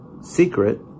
secret